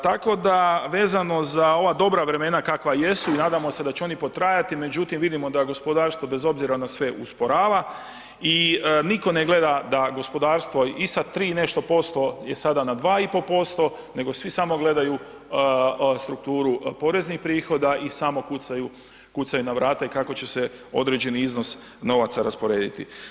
Tako da vezano za ova dobra vremena kakva jesu nadamo se da će oni potrajati međutim vidimo da gospodarstvo bez obzira na sve usporava i nitko ne gleda da gospodarstvo i sa 3 i nešto posto je sada na 2,5% nego svi samo gledaju strukturu poreznih prihoda i samo kucaju, kucaju na vrata i kako će se određeni iznos novaca rasporediti.